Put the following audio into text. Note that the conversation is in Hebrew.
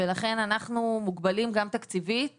לכן אנחנו מוגבלים תקציבית